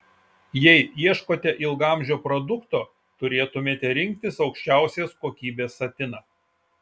jei ieškote ilgaamžio produkto turėtumėte rinktis aukščiausios kokybės satiną